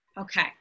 Okay